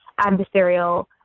adversarial